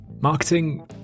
Marketing